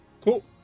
cool